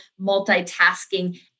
multitasking